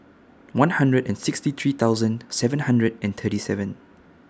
one hundred and sixty three thousand seven hundred and thirty seven